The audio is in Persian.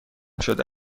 شده